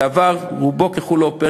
ועבר רובו ככולו פה-אחד,